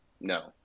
no